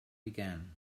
began